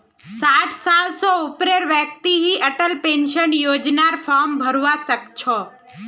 साठ साल स ऊपरेर व्यक्ति ही अटल पेन्शन योजनार फार्म भरवा सक छह